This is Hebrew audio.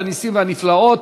הנסים והנפלאות,